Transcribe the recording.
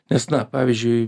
nes na pavyzdžiui